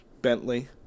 Bentley